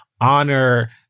honor